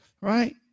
right